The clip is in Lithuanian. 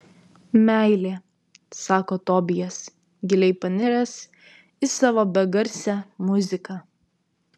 meilė sako tobijas giliai paniręs į savo begarsę muziką